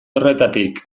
horretatik